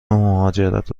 مهاجرت